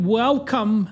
welcome